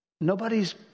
Nobody's